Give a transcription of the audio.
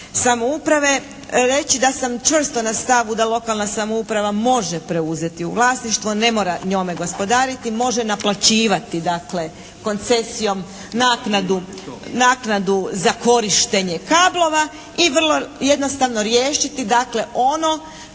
samouprave reći da sam čvrsto na stavu da lokalna samouprava može preuzeti u vlasništvo, ne mora njome gospodariti, može naplaćivati dakle koncesijom naknadu za korištenje kablova i vrlo jednostavno riješiti